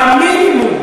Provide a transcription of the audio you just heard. במינימום,